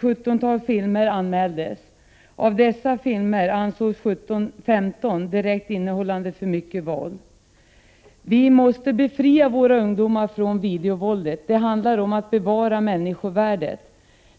17 filmer anmäldes. Av dessa filmer ansågs 15 innehålla för mycket våld. 5 Vi måste befria våra ungdomar från videovåldet. Det handlar om att bevara människovärdet.